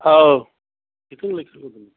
ꯑꯧ